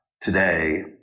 today